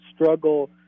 struggle